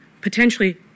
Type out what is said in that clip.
potentially